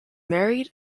married